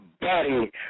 buddy